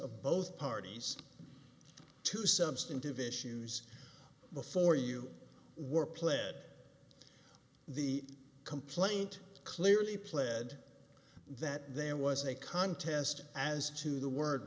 of both parties to substantive issues before you were pled the complaint clearly pled that there was a contest as to the word